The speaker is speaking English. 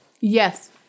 yes